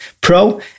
Pro